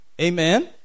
Amen